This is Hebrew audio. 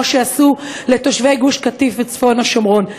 שעשו לתושבי גוש-קטיף וצפון השומרון.